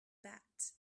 bat